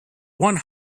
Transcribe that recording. one